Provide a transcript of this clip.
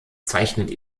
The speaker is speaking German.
zeichnet